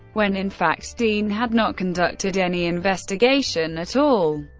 when in fact dean had not conducted any investigation at all.